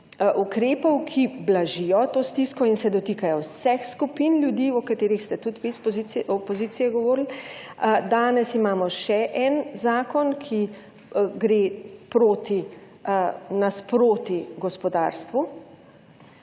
ukrepov, ki blažijo to stisko in se dotikajo vseh skupin ljudi, o katerih ste tudi vi iz opozicije govorili. Danes imamo še en zakon, ki gre naproti gospodarstvu.